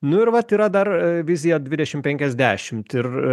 nu ir vat yra dar vizija dvidešim penkiasdešimt ir